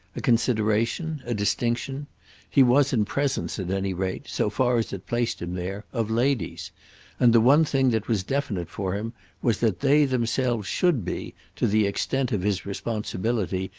a consideration, a distinction he was in presence at any rate so far as it placed him there of ladies and the one thing that was definite for him was that they themselves should be, to the extent of his responsibility,